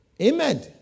Amen